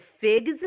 figs